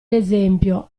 esempio